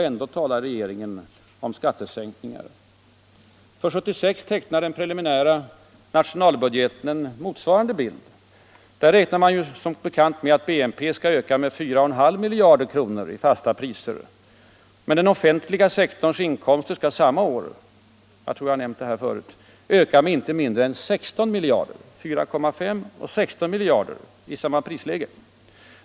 Ändå talar regeringen om skattesänkningar. För år 1976 tecknar den preliminära nationalbudgeten en motsvarande bild. Man räknar som bekant med att BNP skall öka med 4,5 miljarder kronor i fasta priser. Men den offentliga sektorns inkomster skall samma år —- jag tror jag har nämnt det förut — öka med inte mindre än 16 miljarder kronor i motsvarande prisläge.